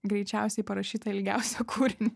greičiausiai parašytą ilgiausią kūrinį